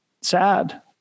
sad